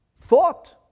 Thought